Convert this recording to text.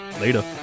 Later